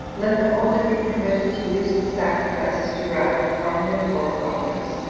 let them only be permitted to use the sacrifices derived from their forefathers,